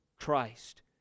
Christ